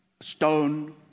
stone